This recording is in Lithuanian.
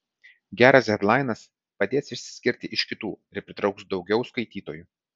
geras hedlainas padės išsiskirt iš kitų ir pritrauks daugiau skaitytojų